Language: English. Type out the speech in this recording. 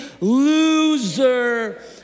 Loser